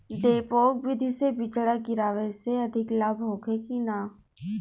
डेपोक विधि से बिचड़ा गिरावे से अधिक लाभ होखे की न?